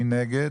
מי נגד?